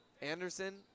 Anderson